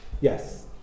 Yes